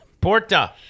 porta